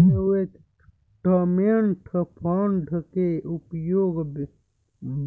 investment fund के उपयोग